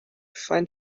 find